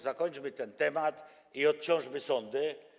Zakończmy ten temat i odciążmy sądy.